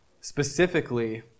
specifically